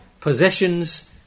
possessions